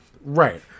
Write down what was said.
right